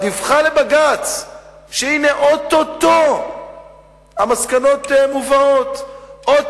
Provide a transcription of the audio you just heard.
דיווחה לבג"ץ שהנה או-טו-טו המסקנות מובאות,